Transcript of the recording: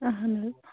اہن حظ